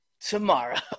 tomorrow